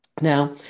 Now